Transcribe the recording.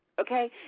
okay